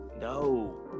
no